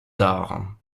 tard